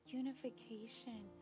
unification